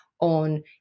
on